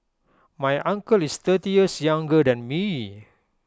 my uncle is thirty years younger than me